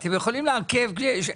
אתם יכולים לעכב את זה.